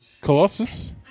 Colossus